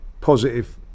positive